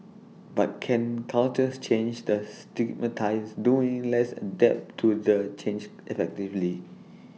but can cultures change the stigmatise doing less adapt to the change effectively